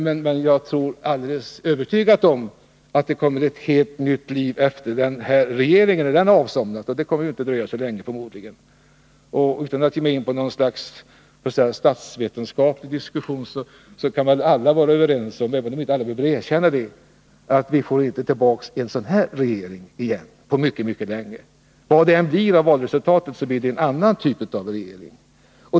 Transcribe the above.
Men jag är alldeles övertygad om att vi kommer att få ett helt nytt liv efter den här regeringens hädanfärd, och det dröjer förmodligen inte så länge. Utan att vi ger oss på något slags statsvetenskaplig diskussion kan vi väl vara överens om — även om alla inte vill erkänna det — att vi inte får tillbaka en sådan här regering på mycket länge. Vad det än blir för valresultat, så blir det en annan typ av regering.